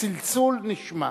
הצלצול נשמע,